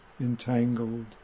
entangled